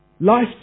life